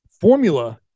formula